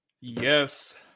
Yes